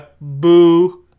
boo